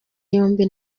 yombi